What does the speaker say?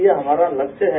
ये हमारा लक्ष्य है